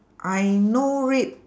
I know it